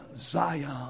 Zion